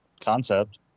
concept